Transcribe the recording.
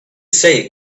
say